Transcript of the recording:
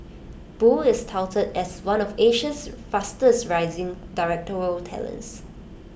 boo is touted as one of Asia's fastest rising directorial talents